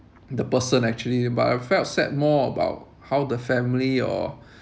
the person actually but I felt sad more about how the family or